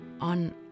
on